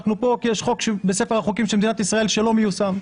א נחנו פה כי יש חוק בספר החוקים של מדינת ישראל שלא מיושם.